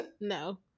No